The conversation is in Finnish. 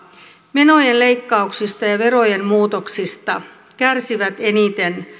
menojen leikkauksista ja verojen muutoksista kärsivät eniten